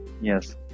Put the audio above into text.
Yes